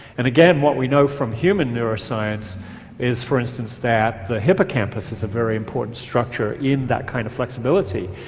and again, what we know from human neuroscience is, for instance, that the hippocampus is a very important structure in that kind of flexibility,